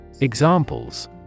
Examples